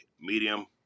medium